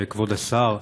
כבוד השר,